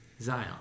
Zion